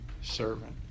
servant